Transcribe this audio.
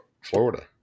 Florida